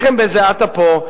לחם בזיעת אפיו,